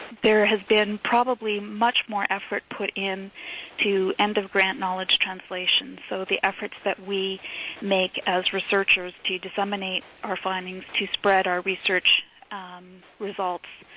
there has been probably much more effort put in to end of grant knowledge translation, so the effort that we make as researchers to disseminate our findings and spread our research results,